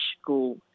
school